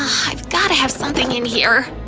i've gotta have something in here,